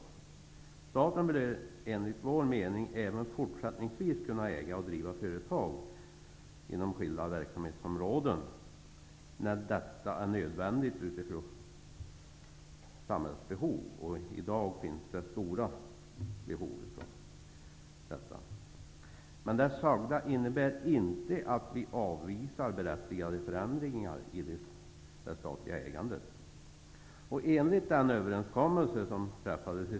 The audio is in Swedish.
Staten bör enligt vår mening även fortsättningsvis kunna äga och driva företag inom skilda verksamhetsområden när detta är nödvändigt utifrån samhällsbehov. I dag finns det stora behov av detta. Det sagda innebär inte att vi avvisar berättigade förändringar i det statliga ägandet.